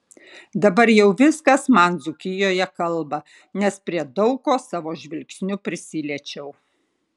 dabar jau viskas man dzūkijoje kalba nes prie daug ko savo žvilgsniu prisiliečiau